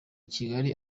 kigali